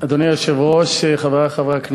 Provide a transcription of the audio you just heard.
אדוני היושב-ראש, חברי חברי הכנסת,